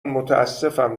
متاسفم